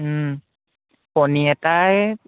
কণী এটাই